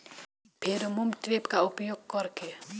Pheromone trap का उपयोग कर के?